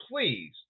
please